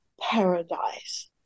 paradise